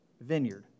vineyard